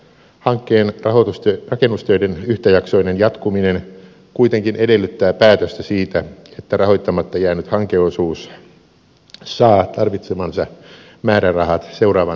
hankkeen rakennustöiden yhtäjaksoinen jatkuminen kuitenkin edellyttää päätöstä siitä että rahoittamatta jäänyt hankeosuus saa tarvitsemansa määrärahat seuraavan hallituskauden aikana